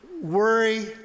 worry